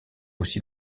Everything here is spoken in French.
aussi